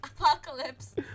apocalypse